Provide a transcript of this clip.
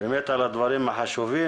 באמת על הדברים החשובים.